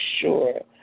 sure